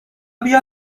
بیا